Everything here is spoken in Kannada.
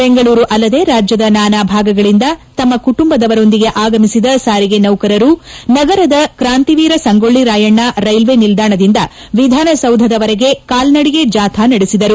ಬೆಂಗಳೂರು ಅಲ್ಲದೆ ರಾಜ್ಯದ ನಾನಾ ಭಾಗಗಳಿಂದ ತಮ್ಮ ಕುಟುಂಬದವರೊಂದಿಗೆ ಆಗಮಿಸಿದ ಸಾರಿಗೆ ನೌಕರರು ನಗರದ ಕಾಂತಿವೀರ ಸಂಗೊಳ್ಳಿ ರಾಯಣ್ಣ ರೈಲ್ವೆ ನಿಲ್ದಾಣದಿಂದ ವಿಧಾನಸೌಧದವರೆಗೆ ಕಾಲ್ನಡಿಗೆ ಜಾಥಾ ನಡೆಸಿದರು